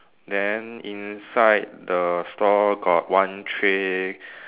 then inside the store got one tray